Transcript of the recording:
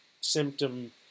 symptom